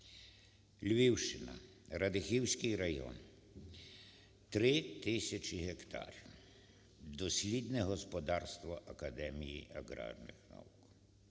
Львівщина, Радехівський район, 3 тисячі гектарів – дослідне господарство Академії аграрних наук.